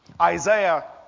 Isaiah